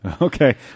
Okay